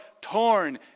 torn